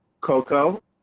Coco